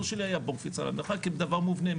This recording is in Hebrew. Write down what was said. שלי היה בור קפיצה למרחק כדבר מובנה,